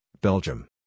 Belgium